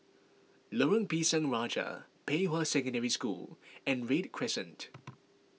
Lorong Pisang Raja Pei Hwa Secondary School and Read Crescent